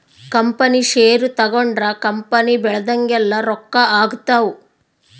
company share ತಗೊಂಡ್ರ company ಬೆಳ್ದಂಗೆಲ್ಲ ರೊಕ್ಕ ಆಗ್ತವ್